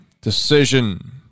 decision